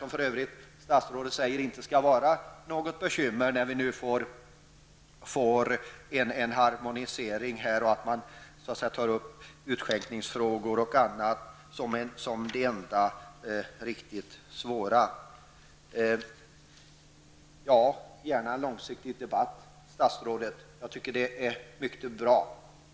Statsrådet säger för övrigt att det inte skall vara något bekymmer när vi får en harmonisering med förhållandena ute i Europa. Utskänkningsfrågor och liknande frågor tycks vara det enda riktigt svåra. Låt oss gärna föra en långsiktig debatt, statsrådet Bengt Lindqvist. Det tycker jag vore mycket bra.